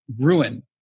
ruin